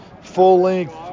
full-length